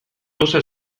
gauza